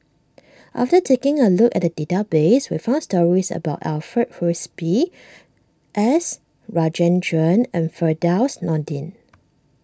after taking a look at the database we found stories about Alfred Frisby S Rajendran and Firdaus Nordin